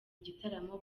igitaramo